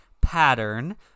pattern